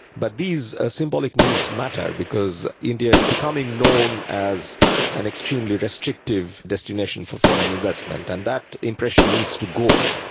but these ah symbolic moves matter, because india is becoming known as an extremely restrictive destination for foreign investment and that impression needs to go.